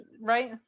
right